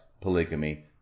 polygamy